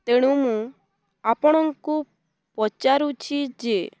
ତେଣୁ ମୁଁ ଆପଣଙ୍କୁ ପଚାରୁଛି ଯେ